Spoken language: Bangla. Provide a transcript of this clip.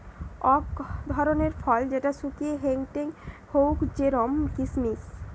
অক ধরণের ফল যেটা শুকিয়ে হেংটেং হউক জেরোম কিসমিস